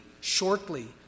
shortly